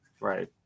Right